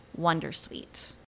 wondersuite